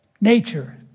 nature